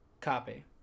Copy